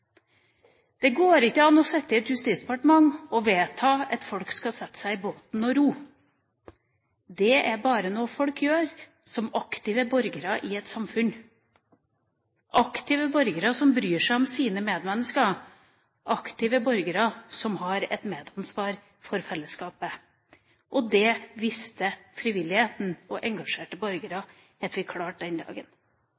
Det går ikke an å sitte i et justisdepartement og vedta at folk skal sette seg i båten og ro. Det er bare noe folk gjør som aktive borgere i et samfunn, aktive borgere som bryr seg om sine medmennesker, aktive borgere som har et medansvar for fellesskapet. Det viste frivilligheten og engasjerte borgere